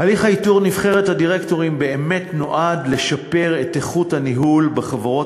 הליך איתור נבחרת הדירקטורים באמת נועד לשפר את איכות הניהול בחברות